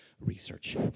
Research